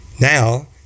Now